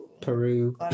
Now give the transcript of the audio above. Peru